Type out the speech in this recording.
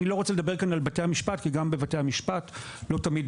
אני לא רוצה לדבר כאן על בתי המשפט כי גם בבתי המשפט לא תמיד